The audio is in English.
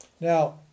Now